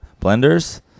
blenders